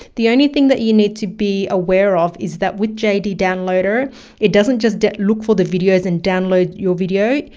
the only thing that you need to be aware of is that with jdownloader, it doesn't just look for the videos and download your video,